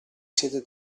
siete